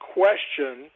question